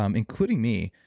um including me,